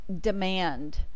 Demand